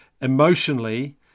emotionally